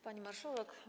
Pani Marszałek!